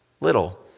little